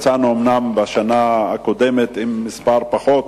אומנם בשנה הקודמת יצאנו עם פחות